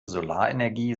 solarenergie